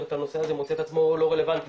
את הנושא הזה מוצא את עצמו לא רלבנטי,